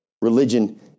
Religion